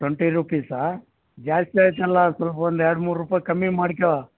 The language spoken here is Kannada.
ಟೊಂಟಿ ರುಪೀಸಾ ಜಾಸ್ತಿ ಆಯಿತಲ್ಲ ಸ್ವಲ್ಪ ಒಂದು ಎರಡು ಮೂರು ರುಪಾ ಕಮ್ಮಿ ಮಾಡ್ಕೋ